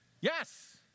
yes